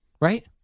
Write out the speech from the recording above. Right